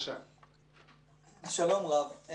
שלום רב.